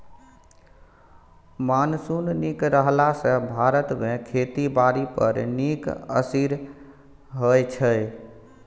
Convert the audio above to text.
monsoon नीक रहला सँ भारत मे खेती बारी पर नीक असिर होइ छै